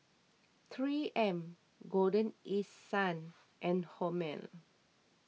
three M Golden East Sun and Hormel